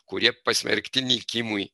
kurie pasmerkti nykimui